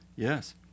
Yes